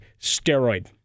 steroid